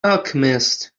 alchemist